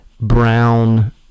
brown